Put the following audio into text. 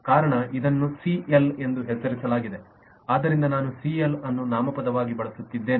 ಕಾರಣ ಇದನ್ನು ಸಿಎಲ್ ಎಂದು ಹೆಸರಿಸಲಾಗಿದೆ ಆದ್ದರಿಂದ ನಾನು ಸಿಎಲ್ ಅನ್ನು ನಾಮಪದವಾಗಿ ಬಳಸುತ್ತಿದ್ದೇನೆ